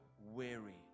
weary